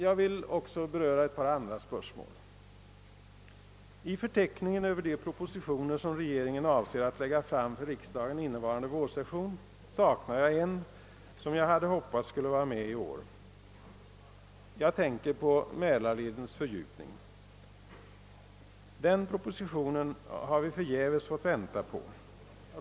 Jag vill också beröra ett par andra spörsmål. I förteckningen över de propositioner, som regeringen avser att lägga fram för riksdagen innevarande vårsession, saknar jag en, som jag hade hoppats skulle vara med i år. Jag tänker på Mälarledens fördjupning. Den propositionen har vi förgäves fått vänta på.